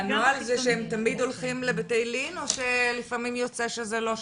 והנוהל זה שהם תמיד הולכים לבתי לין או שלפעמים יוצא שזה לא שם?